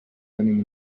tenim